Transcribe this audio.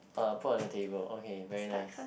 uh put on the table okay very nice